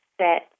set